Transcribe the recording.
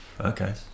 okay